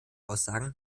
aussagen